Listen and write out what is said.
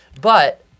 but-